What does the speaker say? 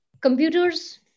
computers